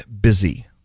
busy